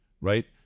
right